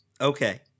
Okay